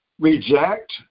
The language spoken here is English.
reject